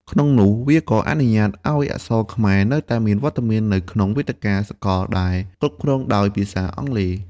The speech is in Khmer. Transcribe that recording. ក្នុងនោះ វាក៏អនុញ្ញាតឱ្យអក្សរខ្មែរនៅតែមានវត្តមាននៅក្នុងវេទិកាសកលដែលគ្រប់គ្រងដោយភាសាអង់គ្លេស។